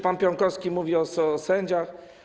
Pan Piątkowski mówi o sędziach.